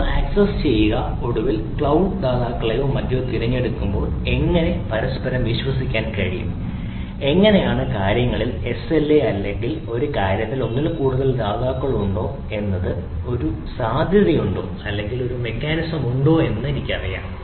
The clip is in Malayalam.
ഇവ ആക്സസ് ചെയ്യുക ഒടുവിൽ ക്ലൌഡ് ദാതാക്കളെയോ മറ്റോ തിരഞ്ഞെടുക്കുമ്പോൾ എങ്ങനെ പരസ്പരം വിശ്വസിക്കാൻ കഴിയും എങ്ങനെയാണ് കാര്യങ്ങളിൽ എസ്എൽഎ അല്ലെങ്കിൽ ഒരു കാര്യത്തിന് ഒന്നിൽ കൂടുതൽ ദാതാക്കൾ ഉണ്ടോ എന്നത് ഒരു സാധ്യതയുണ്ടോ അല്ലെങ്കിൽ ഒരു മെക്കാനിസം ഉണ്ടോ എന്ന് എനിക്ക് അറിയാം